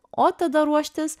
o tada ruoštis